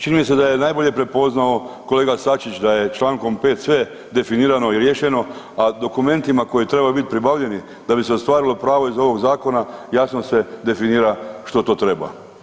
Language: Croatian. Čini mi se da je najbolje prepoznao kolega Sačić da je čl. 5. sve definirano i riješeno, a dokumentima koji trebaju biti pribavljeni da bi se ostvarilo pravo iz ovog zakona jasno se definira što to treba.